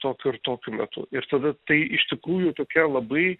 tokiu ir tokiu metu ir tada tai iš tikrųjų tokia labai